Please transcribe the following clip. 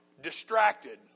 distracted